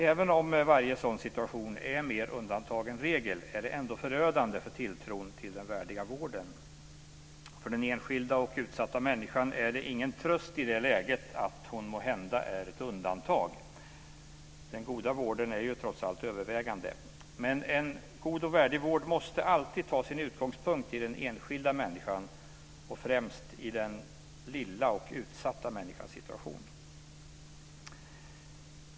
Även om varje sådan situation är mer undantag än regel är det ändå förödande för tilltron till den värdiga vården. För den enskilda och utsatta människan är det ingen tröst i det läget att hon måhända är ett undantag. Den goda vården är ju trots allt övervägande. Men en god och värdig vård måste alltid ta sin utgångspunkt i den enskilda människan, och främst i den lilla och utsatta människans situation.